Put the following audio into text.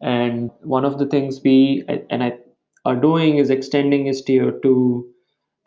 and one of the things we ah and ah are doing is extending istio to